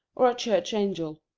or a church angel.